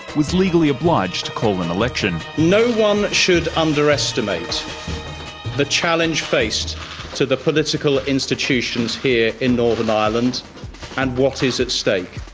was legally obliged to call an election. no one should underestimate the challenge faced to the political institutions here in northern ireland and what is at stake.